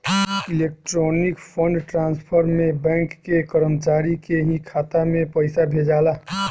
electronic fund transfer में bank के कर्मचारी के ही खाता में पइसा भेजाला